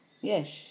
Yes